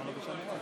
מה זה?